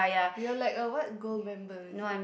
you're like a what gold member is it